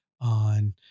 on